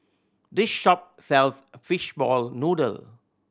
this shop sells fishball noodle